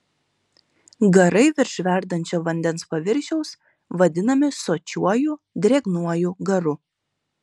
garai virš verdančio vandens paviršiaus vadinami sočiuoju drėgnuoju garu